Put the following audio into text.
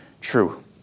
true